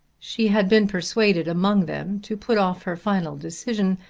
she had been persuaded among them to put off her final decision,